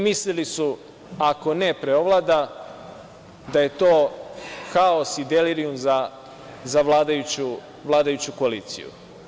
Mislili su da ako nepreovlada, da je to haos i delirijum za vladajuću koaliciju.